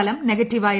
ഫലം നെഗറ്റീവായിരുന്നു